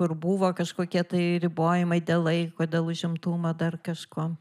kur buvo kažkokie tai ribojimai dėl laiko dėl užimtumo dar kažko